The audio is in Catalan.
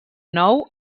nou